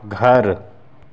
घर